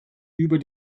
über